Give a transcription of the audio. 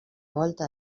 volta